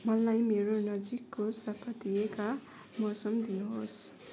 मलाई मेरो नजिकको साप्ताहिक मौसम दिनुहोस्